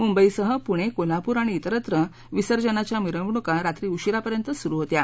मुंबईसह पुणे कोल्हापूर आणि इतरत्रही विसर्जनाच्या मिरवणुका रात्री उशीरापर्यंत सुरू होत्या